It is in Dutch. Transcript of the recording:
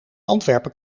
antwerpen